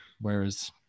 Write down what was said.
Whereas